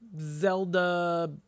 Zelda